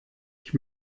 ich